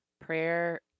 prayer